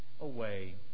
away